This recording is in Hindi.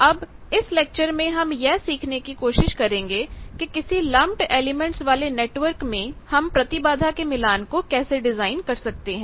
अब इस लेक्चर में हम यह सीखने की कोशिश करेंगे कि किसी लम्पड एलिमेंट्स वाले नेटवर्क में हम प्रतिबाधा के मिलान को कैसे डिजाइन कर सकते हैं